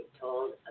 told